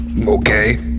Okay